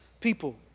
People